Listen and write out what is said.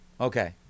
okay